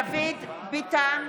דוד ביטן,